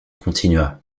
continua